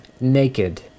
naked